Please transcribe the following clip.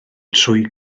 trwy